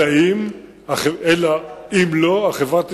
אם לא, החברה תיסגר,